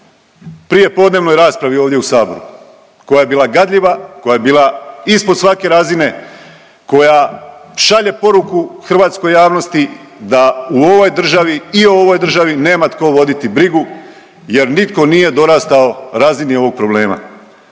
prijepodnevnoj raspravi ovdje u saboru, koja je bila gadljiva, koja je bila ispod svake razine, koja šalje poruku hrvatskoj javnosti da u ovoj državi i o ovoj državi nema tko voditi brigu jer nitko nije dorastao razini ovog problema.